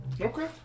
Okay